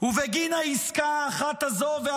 ובגין העסקה האחת הזאת,